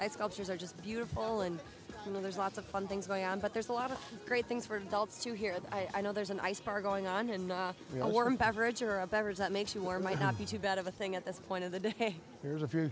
ice sculptures are just beautiful and you know there's lots of fun things going on but there's a lot of great things for adults to hear that i know there's an ice bar going on and not real warm beverage or a beverage that makes you or might not be too bad of a thing at this point of the day there's a